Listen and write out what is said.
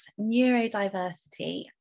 neurodiversity